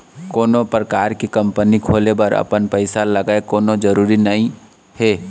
कोनो परकार के कंपनी खोले बर अपन पइसा लगय कोनो जरुरी नइ हे